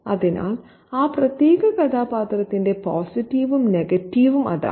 അതിനാൽ ആ പ്രത്യേക കഥാപാത്രത്തിന്റെ പോസിറ്റീവും നെഗറ്റീവും അതാണ്